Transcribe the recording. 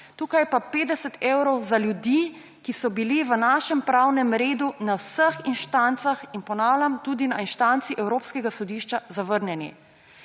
tukaj je pa 50 evrov za ljudi, ki so bili v našem pravnem redu na vseh inštancah in, ponavljam, tudi na inštanci Evropskega sodišča zavrnjeni.